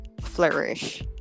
flourish